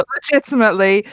Legitimately